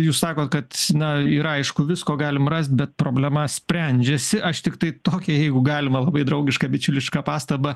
jūs sakot kad na yra aišku visko galim rast bet problema sprendžiasi aš tiktai tokią jeigu galima labai draugišką bičiulišką pastabą